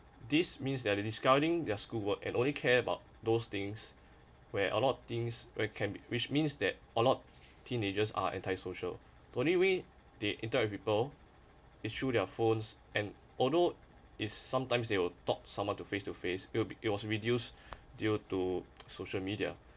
this means that they are discarding their schoolwork and only care about those things where a lot of things where can be which means that a lot teenagers are anti social they only way they interact with people is through their phones and although is sometimes they will talk someone to face to face will be it was reduced due to social media